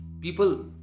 people